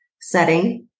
setting